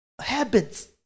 habits